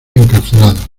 encarcelados